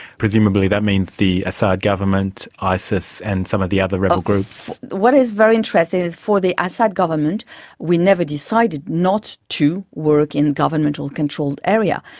presumably that means the assad government, isis and some of the other rebel groups. what is very interesting is for the assad government we never decided not to work in governmental controlled areas.